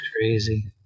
crazy